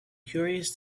curious